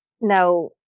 Now